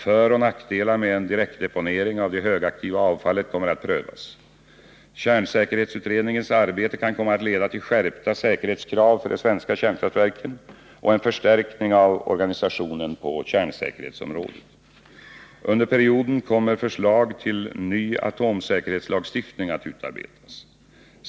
Föroch nackdelar med en direktdeponering av det högaktiva avfallet kommer att prövas. Kärnsäkerhetsutredningens arbete kan komma att leda till skärpta säkerhetskrav för de svenska kärnkraftverken och en förstärkning av organisationen på kärnsäkerhetsområdet. Under perioden kommer förslag till ny atomsäkerhetslagstiftning att utarbetas.